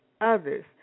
others